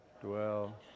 dwell